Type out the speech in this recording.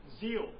Zeal